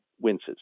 winces